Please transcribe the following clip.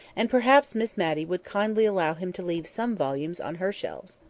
and perhaps miss matty would kindly allow him to leave some volumes on her shelves.